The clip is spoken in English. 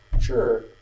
Sure